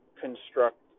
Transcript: construct